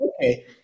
Okay